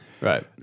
Right